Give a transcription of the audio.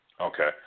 Okay